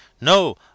No